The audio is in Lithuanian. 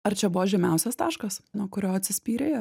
ar čia buvo žemiausias taškas nuo kurio atsispyrei